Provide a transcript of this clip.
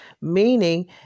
Meaning